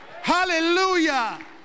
hallelujah